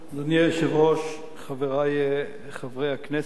אדוני היושב-ראש, חברי חברי הכנסת,